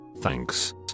Thanks